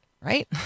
right